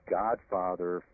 godfather